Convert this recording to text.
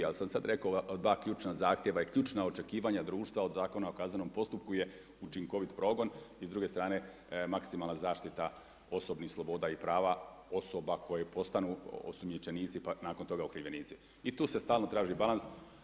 Ja sam sada rekao dva ključna zahtjeva i ključna očekivanja društva od Zakona o kaznenom postupku je učinkovit progon i s druge strane maksimalna zaštita osobnih sloboda i prava osoba koje postanu osumnjičenici pa nakon toga i okrivljenici i tu se stalno traži balans.